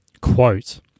Quote